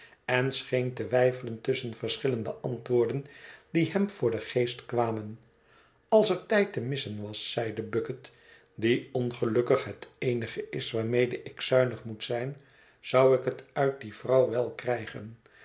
en scheen te weifelen tusschen verschillende antwoorden die hem voor den geest kwamen als er tijd te missen was zeide bucket die ongelukkig het eenige is waarmede ik zuinig moet zijn zou ik het uit die vrouw wel krijgen